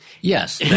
Yes